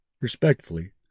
respectfully